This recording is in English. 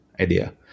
idea